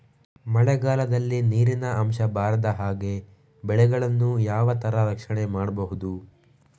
ಮಳೆಗಾಲದಲ್ಲಿ ನೀರಿನ ಅಂಶ ಬಾರದ ಹಾಗೆ ಬೆಳೆಗಳನ್ನು ಯಾವ ತರ ರಕ್ಷಣೆ ಮಾಡ್ಬಹುದು?